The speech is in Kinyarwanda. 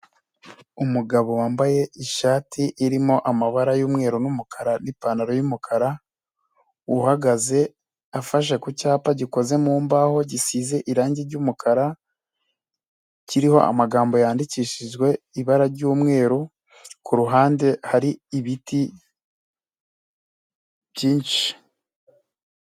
Umugabo wambaye ishati irimo amabara y'umweru n'umukara, n'ipantaro y'umukara ,uhagaze afashe ku cyapa gikoze mu mbaho gisize irangi ry'umukara, kiriho amagambo yandikishijwe ibara ry'umweru, ku ruhande hari ibiti byinshi.